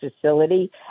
facility